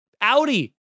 Audi